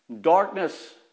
darkness